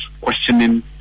questioning